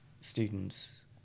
students